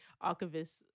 archivist